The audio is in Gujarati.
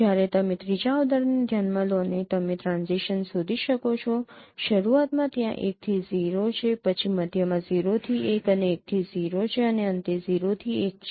જ્યારે તમે ત્રીજા ઉદાહરણ ને ધ્યાન માં લો અને તમે ટ્રાન્ઝીશન્સ શોધી શકો છો શરૂઆતમાં ત્યાં 1 થી 0 છે પછી મધ્યમાં 0 થી 1 અને 1 થી 0 છે અને અંતે 0 થી 1 છે